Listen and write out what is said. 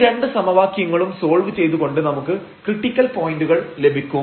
ഈ രണ്ട് സമവാക്യങ്ങളും സോൾവ് ചെയ്തു കൊണ്ട് നമുക്ക് ക്രിട്ടിക്കൽ പോയന്റുകൾ ലഭിക്കും